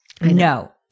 No